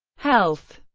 health